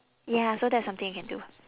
ya so that's something you can do